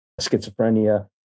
schizophrenia